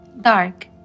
dark